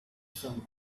some